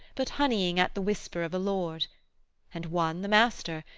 but honeying at the whisper of a lord and one the master,